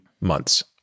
months